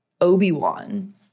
Obi-Wan